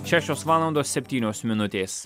šešios valandos septynios minutės